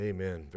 Amen